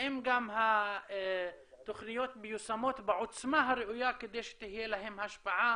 האם גם התוכניות מיושמות בעוצמה הראויה כדי שתהיה להם השפעה